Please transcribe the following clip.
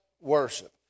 worship